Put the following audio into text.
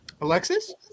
Alexis